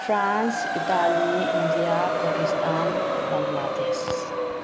France Italy India Pakistan Bangladesh